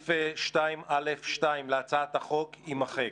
סעיף 2(א)(2) להצעת החוק - יימחק.